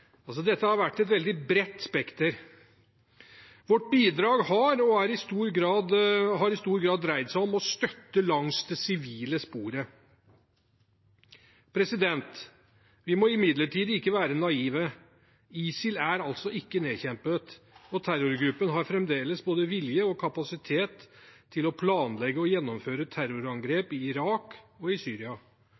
Dette har vært et veldig bredt spekter. Vårt bidrag har i stor grad dreid seg om å støtte langs det sivile sporet. Vi må imidlertid ikke være naive. ISIL er altså ikke nedkjempet, og terrorgruppen har fremdeles både vilje og kapasitet til å planlegge og gjennomføre terrorangrep i Irak og i Syria.